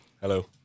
Hello